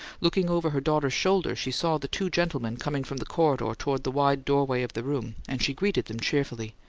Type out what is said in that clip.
looking over her daughter's shoulder, she saw the two gentlemen coming from the corridor toward the wide doorway of the room and she greeted them cheerfully.